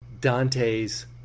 Dante's